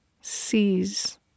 sees